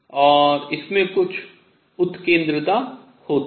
और इसमें कुछ उत्केंद्रता होती है